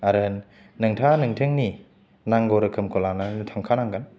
आरो नोंथाङा नोंथांनि नांगौ रोखोमखौ लानानै थांखानांगोन